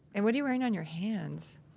and what are you wearing on your hands?